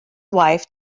wife